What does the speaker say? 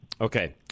Okay